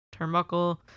turnbuckle